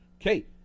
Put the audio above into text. Okay